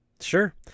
sure